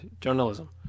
journalism